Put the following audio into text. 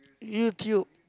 YouTube